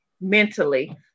mentally